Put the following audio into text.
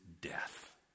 death